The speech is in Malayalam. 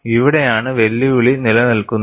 ഇവിടെയാണ് വെല്ലുവിളി നിലനിൽക്കുന്നത്